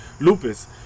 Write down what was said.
lupus